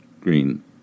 Green